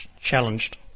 challenged